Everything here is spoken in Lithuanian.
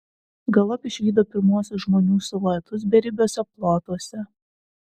galop išvydo pirmuosius žmonių siluetus beribiuose plotuose